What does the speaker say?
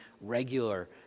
regular